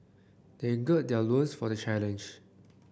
they gird their loins for the challenge